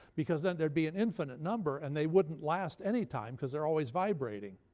because then there'd be an infinite number and they wouldn't last any time, because they're always vibrating.